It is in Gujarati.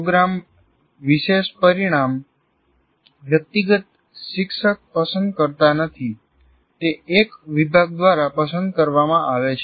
પ્રોગ્રામ વિશેષ પરિણામ વ્યક્તિગત શિક્ષક પસંદ કરતા નથી તે એક વિભાગ દ્વારા પસંદ કરવામાં આવે છે